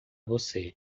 você